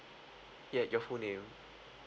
yeah your full name